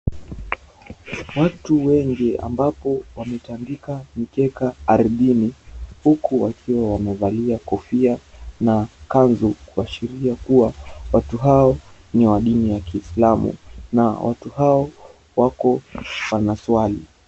Watu wengi, ambapo wametandika mikeka ardhini, huku wakiwa wamevalia kofia na kanzu kuashiria kuwa, watu hao ni wa dini ya kiislamu. Na watu hao wako wana swali.